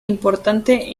importante